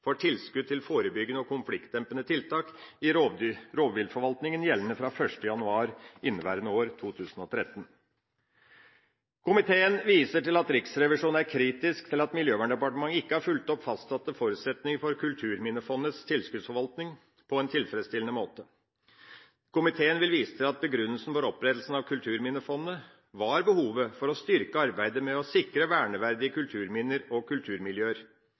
for tilskudd til forebyggende og konfliktdempende tiltak i rovviltforvaltninga gjeldende fra 1. januar inneværende år – 2013. Komiteen viser til at Riksrevisjonen er kritisk til at Miljøverndepartementet ikke har fulgt opp fastsatte forutsetninger for Kulturminnefondets tilskuddsforvaltning på en tilfredsstillende måte. Komiteen vil vise til at begrunnelsen for opprettelsen av Kulturminnefondet var behovet for å styrke arbeidet med å sikre verneverdige kulturminner og kulturmiljøer.